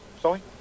sorry